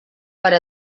per